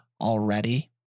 already